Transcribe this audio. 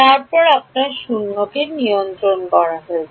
তার উপর আপনার শূন্য নিয়ন্ত্রণ রয়েছে